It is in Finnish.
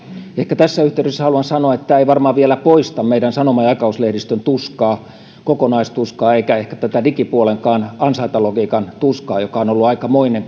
ehkä tässä yhteydessä haluan sanoa että tämä ei varmaan vielä poista meidän sanoma ja aikakauslehdistön kokonaistuskaa eikä ehkä tätä digipuolenkaan ansaintalogiikan tuskaa joka on ollut aikamoinen